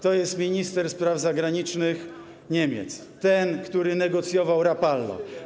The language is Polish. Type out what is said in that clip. To jest minister spraw zagranicznych, Niemiec, ten, który negocjował Rapallo.